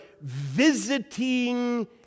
visiting